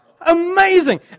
Amazing